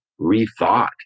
rethought